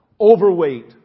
overweight